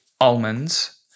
almonds